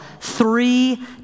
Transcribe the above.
three